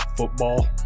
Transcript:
football